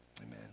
amen